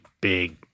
big-